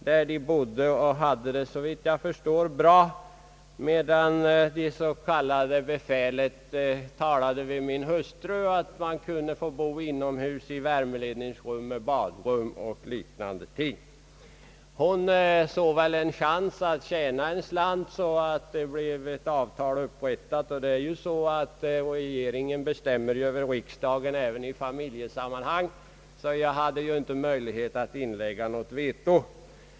Där bodde de och hade det bra, såvitt jag förstår, medan det s.k. befälet talade med min hustru och frågade om man kunde få bo inomhus i värmeledningsrum med tillgång till badrum och liknande. Hon såg väl en chans att tjäna en slant, och det upprät tades ett avtal. Det är ju så att regeringen bestämmer över riksdagen även i familjesammanhang, och jag hade därför inte möjlighet att inlägga veto.